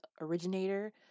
originator